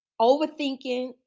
overthinking